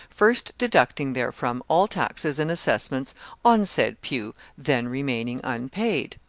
first deducting therefrom all taxes and assessments on said pew then remaining unpaid.